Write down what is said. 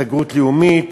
הסתגרות לאומית.